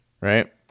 right